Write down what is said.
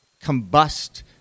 combust